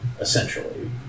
essentially